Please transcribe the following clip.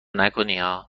نکنیا